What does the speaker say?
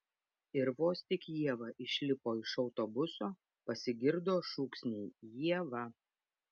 ir vos tik ieva išlipo iš autobuso pasigirdo šūksniai ieva